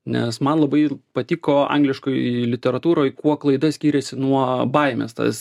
nes man labail patiko angliškoj literatūroj kuo klaida skyriasi nuo baimės tas